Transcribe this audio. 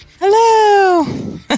Hello